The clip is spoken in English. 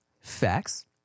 Facts